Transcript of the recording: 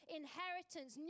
inheritance